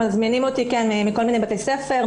מזמינים אותי מכל מיני בתי ספר,